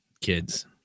kids